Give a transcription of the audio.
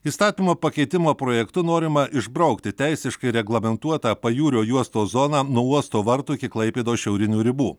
įstatymo pakeitimo projektu norima išbraukti teisiškai reglamentuotą pajūrio juostos zoną nuo uosto vartų iki klaipėdos šiaurinių ribų